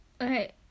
Okay